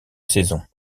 saisons